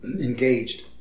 engaged